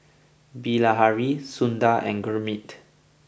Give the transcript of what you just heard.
Bilahari Sundar and Gurmeet